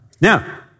Now